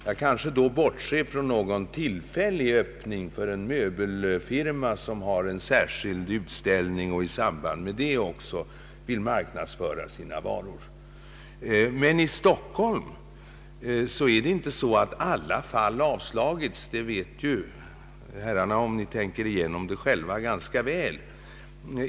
Jag bortser då kanske från något tillfälligt öppethållande av en möbelfirma som har en utställning och i samband därmed också vill marknadsföra sina varor. Emellertid är det inte så att alla fall avslagits i Stockholm. Det vet herrarna ganska väl, om ni tänker igenom det själva.